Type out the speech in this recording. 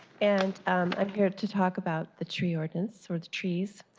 and i'm here to talk about the tree ordinance, or the trees.